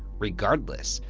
regardless,